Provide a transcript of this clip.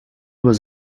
was